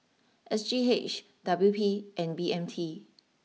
S G H W P and B M T